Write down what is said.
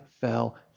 fell